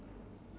grey